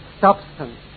substance